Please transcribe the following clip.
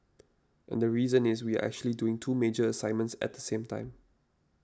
and the reason is we are actually doing two major assignments at the same time